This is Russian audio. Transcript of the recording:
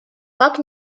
как